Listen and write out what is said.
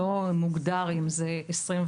לא מוגדר אם זה 24/7,